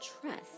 trust